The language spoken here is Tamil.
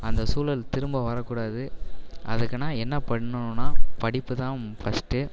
அந்த சூழல் திரும்ப வரக்கூடாது அதுக்குனால் என்ன பண்ணணுனா படிப்புதான் ஃபஸ்டு